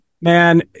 Man